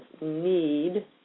need